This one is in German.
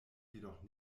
jedoch